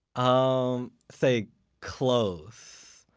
um say close,